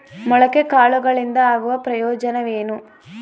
ಮೊಳಕೆ ಕಾಳುಗಳಿಂದ ಆಗುವ ಪ್ರಯೋಜನವೇನು?